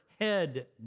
head